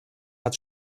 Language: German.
hat